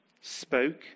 spoke